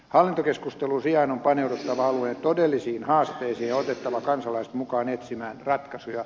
hallintokeskustelun sijaan on paneuduttava alueen todellisiin haasteisiin ja otettava kansalaiset mukaan etsimään ratkaisuja